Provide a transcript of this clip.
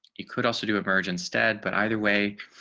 you could also do a virgin stead. but either way,